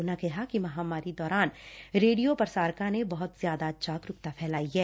ਉਨੂਾ ਕਿਹਾ ਕਿ ਮਹਾਮਾਰੀ ਦੌਰਾਨ ਰੇਡੀਓ ਪ੍ਰਸਾਰਕਾ ਨੇ ਬਹੁਤ ਜ਼ਿਆਦਾ ਜਾਗਰੁਕਤਾ ਫੈਲਾਈ ਐ